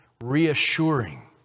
reassuring